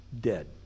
Dead